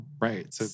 right